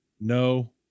no